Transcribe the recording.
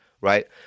right